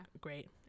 Great